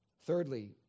Thirdly